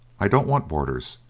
i don't want boarders,